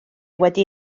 wedi